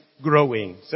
growing